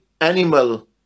animal